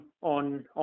on